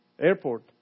airport